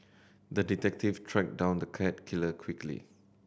the detective tracked down the cat killer quickly